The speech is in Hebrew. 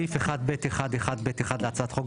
בסעיף 1(ב1)(1)(ב)(1) להצעת החוק,